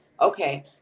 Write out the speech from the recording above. okay